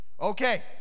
Okay